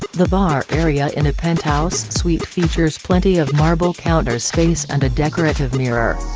the bar area in a penthouse suite features plenty of marble counter space and a decorative mirror.